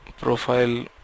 profile